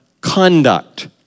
conduct